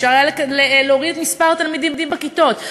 אפשר היה להוריד את מספר התלמידים בכיתות.